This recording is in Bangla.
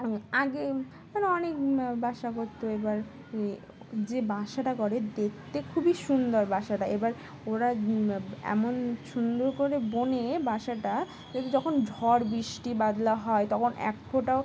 আগে আর অনেক বাসা করতো এবার যে বাসাটা করে দেখতে খুবই সুন্দর বাসাটা এবার ওরা এমন সুন্দর করে বোনে বাসাটা যখন ঝড় বৃষ্টি বাদলা হয় তখন এক ফোটাও